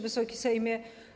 Wysoki Sejmie!